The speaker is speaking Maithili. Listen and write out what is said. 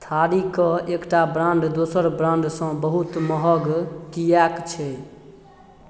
थारीके एकटा ब्राण्ड दोसर ब्राण्डसँ बहुत महग किएक छै